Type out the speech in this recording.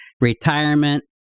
Retirement